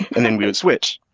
and then we'd switch.